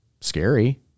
scary